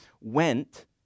went